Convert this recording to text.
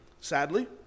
Sadly